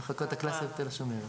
המחלקות הקלאסיות בתל השומר.